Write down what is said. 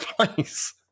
place